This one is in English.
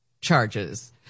charges